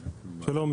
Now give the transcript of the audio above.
שלום.